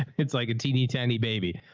it's like a teeny tiny baby.